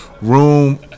room